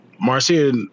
Marcia